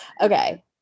Okay